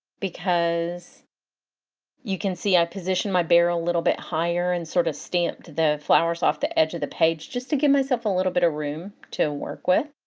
because you can see i positioned my bear a little bit higher and sort of stamped the flowers off the edge of the page just to give myself a little bit of room to work with.